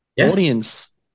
audience